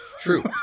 True